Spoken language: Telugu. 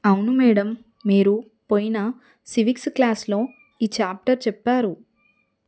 అవును మేడమ్ మీరు పోయిన సివిక్స్ క్లాస్లో ఈ చాప్టర్ చెప్పారు